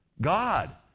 God